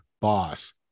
boss